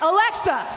Alexa